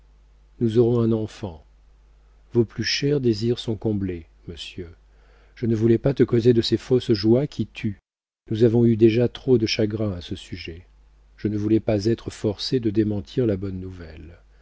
nous aurons un enfant vos plus chers désirs sont comblés monsieur je ne voulais pas te causer de ces fausses joies qui tuent nous avons eu déjà trop de chagrin à ce sujet je ne voulais pas être forcée de démentir la bonne nouvelle